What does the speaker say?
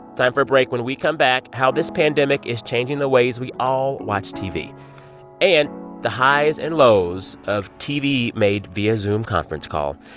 time for a break. when we come back, how this pandemic is changing the ways we all watch tv and the highs and lows of tv made via zoom conference call.